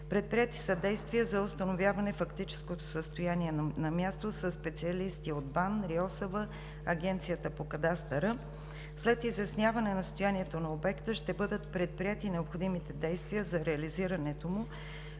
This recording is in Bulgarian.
Предприети са действия за установяване на фактическото състояние на място със специалисти от БАН, РИОСВ, Агенцията по кадастъра. След изясняване на състоянието на обекта ще бъдат предприети необходимите действия за реализирането му,